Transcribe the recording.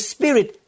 Spirit